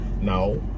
Now